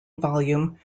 volume